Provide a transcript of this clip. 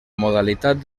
modalitat